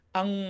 ang